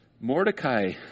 Mordecai